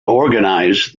organise